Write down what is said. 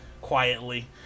Quietly